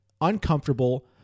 uncomfortable